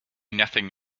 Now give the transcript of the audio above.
nothing